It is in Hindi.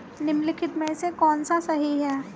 निम्नलिखित में से कौन सा सही है?